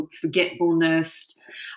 forgetfulness